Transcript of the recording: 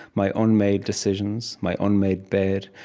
my unmade decisions, my unmade bed,